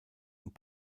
und